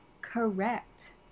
correct